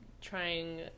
trying